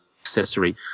accessory